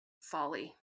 folly